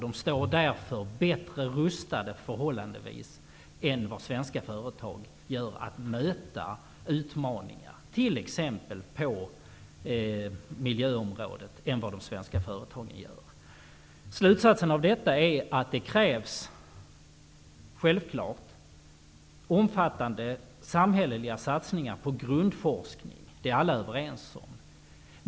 De står därför förhållandevis bättre rustade än vad svenska företag gör att möta utmaningar, exempelvis på miljöområdet. Slutsatsen av detta är att det krävs omfattande samhälleliga satsningar på grundforskning. Det är alla överens om.